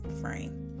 frame